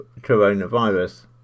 coronavirus